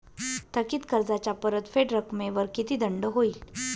थकीत कर्जाच्या परतफेड रकमेवर किती दंड होईल?